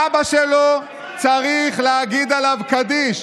אבא שלו צריך להגיד עליו קדיש.